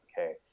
okay